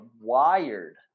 wired